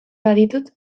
baditut